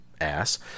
ass